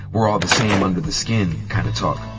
we're all the same under the skin, kinda talk.